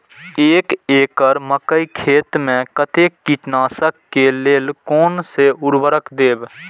एक एकड़ मकई खेत में कते कीटनाशक के लेल कोन से उर्वरक देव?